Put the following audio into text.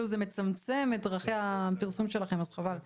זה מצמצם את דרכי הפרסום שלכם אז חבל.